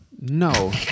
No